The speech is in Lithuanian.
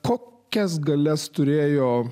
kokias galias turėjo